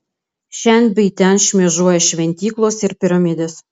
šen bei ten šmėžuoja šventyklos ir piramidės